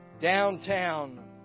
downtown